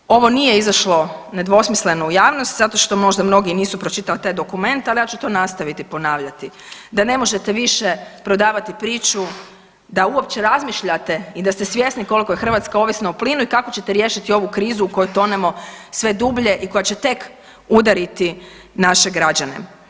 Nažalost ovo nije izašlo nedvosmisleno u javnost zato što možda mnogi nisu pročitali taj dokument, ali ja ću to nastaviti ponavljati, da ne možete više prodavati priču da uopće razmišljate i da ste svjesni koliko je Hrvatska ovisna o plinu i kako ćete riješiti ovu krizu u koju tonemo sve dublje i koja će tek udariti naše građane.